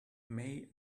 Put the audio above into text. may